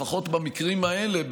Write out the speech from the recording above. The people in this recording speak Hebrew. לפחות במקרים האלה,